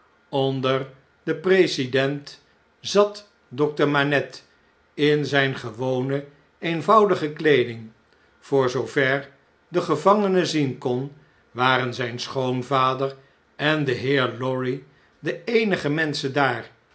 onder den president zat dokter manette in zijne gewone eenvoudige kleeding voor zoover degevangene zien kon waren zijn schoonvader en de heer lorry de eenige menschen daar